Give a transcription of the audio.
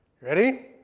Ready